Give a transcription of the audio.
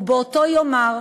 ובאותו יום מר,